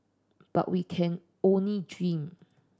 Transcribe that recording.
but we can only dream